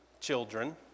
children